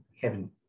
heaven